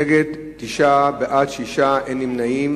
נגד, 9, בעד, 6, אין נמנעים.